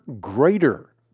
greater